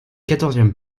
quatorzième